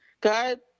God